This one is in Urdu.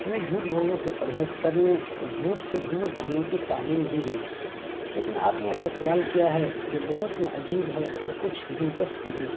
ہمیں جھوٹ بولنے سے پرہیز کرنے اور جھوٹ سے دور رہنے کی تعلیم دی گئی لیکن آپ نے ایسا سوال کیا ہے جو بہت ہی عجیب ہے اور کچھ دلچسپ بھی